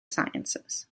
sciences